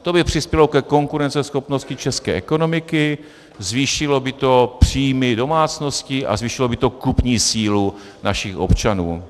To by přispělo ke konkurenceschopnosti české ekonomiky, zvýšilo by to příjmy domácností a zvýšilo by to kupní sílu našich občanů.